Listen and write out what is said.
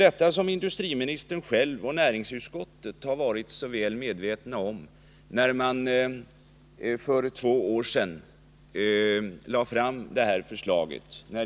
Detta var industriministern själv och näringsutskottet väl medvetna om vid behandlingen av SSAB-propositionen för två år sedan.